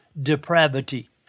depravity